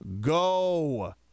go